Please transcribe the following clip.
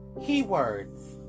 Keywords